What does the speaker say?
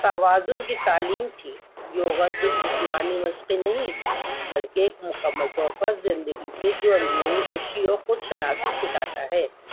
توازن کی تعلیم تھی یوگا صرف جسمانی مشق نہیں بلکہ ایک مکمل طور پر زندگی سے جو اندرونی خوشی اور خود شناسی سکھاتا ہے